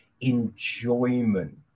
enjoyment